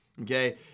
Okay